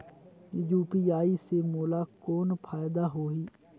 UPI से मोला कौन फायदा होही?